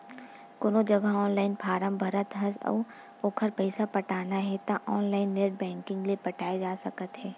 कोनो जघा online form भरत हस अउ ओखर पइसा पटाना हे त ऑनलाइन नेट बैंकिंग ले पटाए जा सकत हे